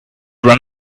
run